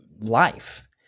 life